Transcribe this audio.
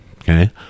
okay